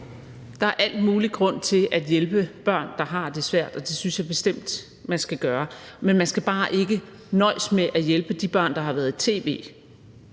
Der er al mulig grund til at hjælpe børn, der har det svært, og det synes jeg bestemt man skal gøre, men man skal bare ikke nøjes med at hjælpe de børn, der har været i tv,